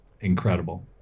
incredible